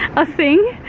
a thing.